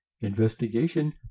investigation